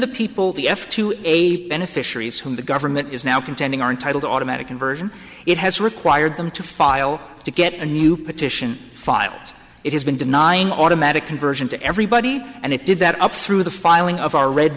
the people the f to a beneficiaries whom the government is now contending are entitled automatic conversion it has required them to file to get a new petition filed it has been denying automatic conversion to everybody and it did that up through the filing of our red